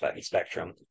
spectrum